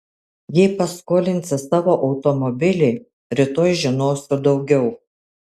jei paskolinsi savo automobilį rytoj žinosiu daugiau